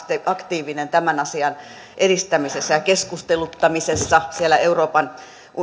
aktiivinen tämän asian edistämisessä ja keskusteluttamisessa siellä euroopan